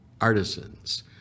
artisans